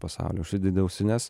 pasaulį užsidedi ausines